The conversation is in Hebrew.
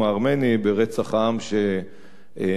ברצח העם שנעשה בהם.